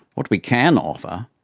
what we can offer,